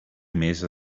més